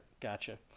Gotcha